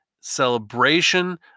celebration